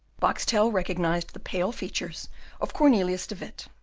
boxtel recognised the pale features of cornelius de witt,